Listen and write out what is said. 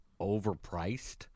overpriced